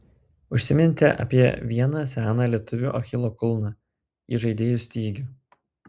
užsiminėte apie vieną seną lietuvių achilo kulną įžaidėjų stygių